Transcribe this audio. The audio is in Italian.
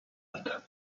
alta